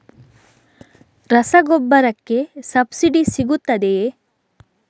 ರಸಗೊಬ್ಬರಕ್ಕೆ ಸಬ್ಸಿಡಿ ಸಿಗುತ್ತದೆಯೇ?